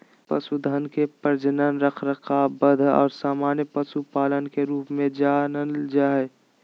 पशुधन के प्रजनन, रखरखाव, वध और सामान्य पशुपालन के रूप में जा नयय हइ